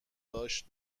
داشت